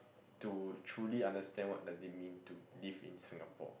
to truly understand what does it mean to live in Singapore